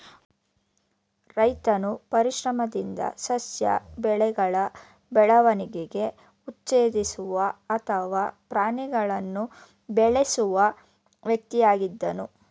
ರೈತನು ಪರಿಶ್ರಮದಿಂದ ಸಸ್ಯ ಬೆಳೆಗಳ ಬೆಳವಣಿಗೆ ಉತ್ತೇಜಿಸುವ ಅಥವಾ ಪ್ರಾಣಿಗಳನ್ನು ಬೆಳೆಸುವ ವ್ಯಕ್ತಿಯಾಗಿದ್ದನು